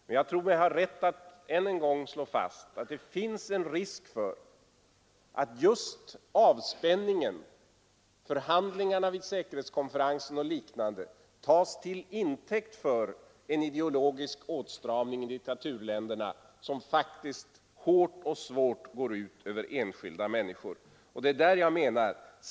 Men jag tror mig ha rätt när jag än en gång slår fast att det finns en risk för att just avspänningen, förhandlingarna vid säkerhetskonferensen och liknande, tas till intäkt för en ideologisk åtstramning i diktaturländerna som faktiskt hårt och svårt går ut över enskilda människor.